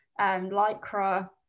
lycra